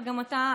וגם אתה,